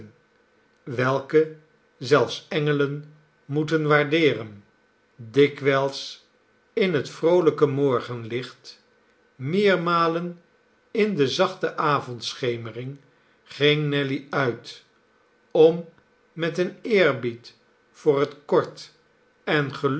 welke zelfs engelen moeten waardeeren dikwijls in het vroolijke morgenlicht meermalen in de zachte avondschemering ging nelly uit om met een eerbied voor het kort en